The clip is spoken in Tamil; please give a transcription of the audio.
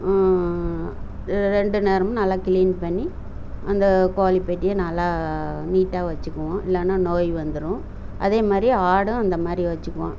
ரெண்டு நேரமும் நல்லா க்ளீன் பண்ணி அந்த கோழிப் பெட்டியை நல்லா நீட்டாக வைச்சுக்குவோம் இல்லைன்னா நோய் வந்துடும் அதே மாதிரி ஆடும் அந்த மாதிரி வைச்சுக்குவோம்